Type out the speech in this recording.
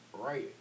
Right